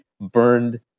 burned